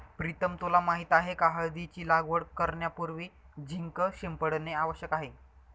प्रीतम तुला माहित आहे का हळदीची लागवड करण्यापूर्वी झिंक शिंपडणे आवश्यक आहे